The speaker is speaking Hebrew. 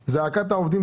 שעובד.